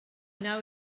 know